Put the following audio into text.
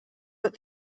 but